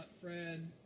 Fred